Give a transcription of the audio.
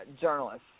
journalists